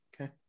Okay